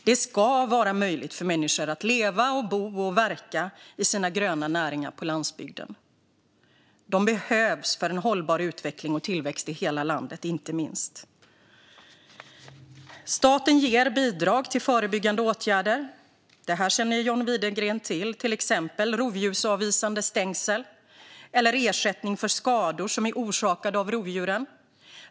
Det ska vara möjligt för människor att leva, bo och verka i sina gröna näringar på landsbygden. De behövs inte minst för en hållbar utveckling och tillväxt i hela landet. Staten ger bidrag till förebyggande åtgärder - detta känner John Widegren till - som rovdjursavvisande stängsel och ersättning för skador orsakade av rovdjuren.